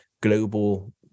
global